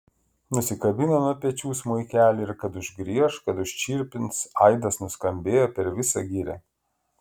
nusikabino nuo pečių smuikelį ir kad užgrieš kad užčirpins aidas nuskambėjo per visą girią